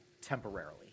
temporarily